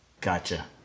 Gotcha